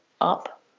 up